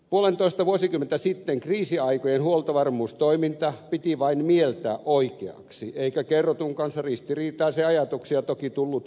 puolentoista vuosikymmentä sitten kriisiaikojen huoltovarmuustoiminta piti vain mieltää oikeaksi eikä kerrotun kanssa ristiriitaisia ajatuksia toki tullut mieleenkään